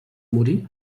morir